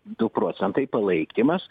du procentai palaikymas